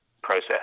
process